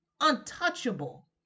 Untouchable